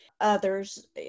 Others